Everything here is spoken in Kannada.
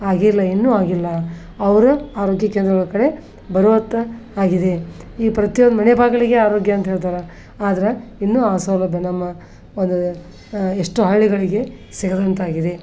ಆಗಿಲ್ಲ ಇನ್ನೂ ಆಗಿಲ್ಲ ಅವರು ಆರೋಗ್ಯ ಕೇಂದ್ರಗಳ ಕಡೆ ಬರುವತ್ತ ಆಗಿದೆ ಈ ಪ್ರತಿಯೊಂದು ಮನೆ ಬಾಗಿಲಿಗೆ ಆರೋಗ್ಯ ಅಂತ ಹೇಳ್ತಾರೆ ಆದ್ರೆ ಇನ್ನೂ ಆ ಸೌಲಭ್ಯ ನಮ್ಮ ಒಂದು ಎಷ್ಟೋ ಹಳ್ಳಿಗಳಿಗೆ ಸೇರದಂತಾಗಿದೆ